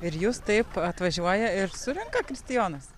ir jūs taip atvažiuoja ir surenka kristijonas